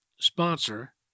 sponsor